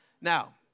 Now